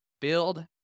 build